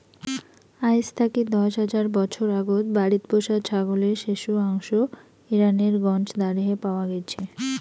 আইজ থাকি দশ হাজার বছর আগত বাড়িত পোষা ছাগলের শেশুয়া অংশ ইরানের গঞ্জ দারেহে পাওয়া গেইচে